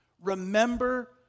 Remember